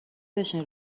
بشین